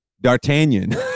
d'artagnan